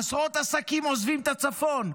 עשרות עסקים עוזבים את הצפון,